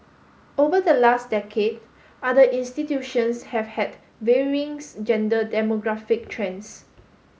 over the last decade other institutions have had varying gender demographic trends